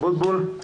ח"כ אבוטבול.